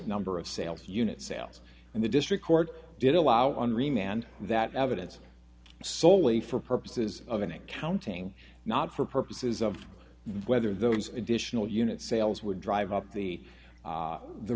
number of sales unit sales and the district court did allow on remand that evidence solely for purposes of an accounting not for purposes of whether those additional unit sales would drive up the